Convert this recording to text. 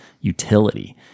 utility